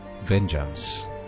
Vengeance